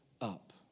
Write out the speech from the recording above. up